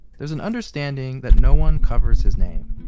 there's an understanding that no one covers his name.